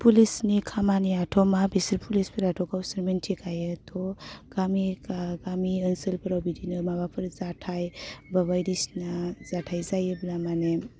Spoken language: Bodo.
पुलिसनि खामानियाथ' मा बिसोर पुलिसफोराथ' गावसोर मोनथिखायो थह गामि गा गामि ओनसोलफोराव बिदिनो माबाफोर जाथाय बा बायदिसिना जाथाय जायोब्ला माने